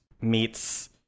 meets